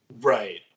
Right